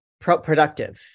productive